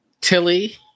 Tilly